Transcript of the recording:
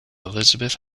elizabeth